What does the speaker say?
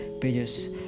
pages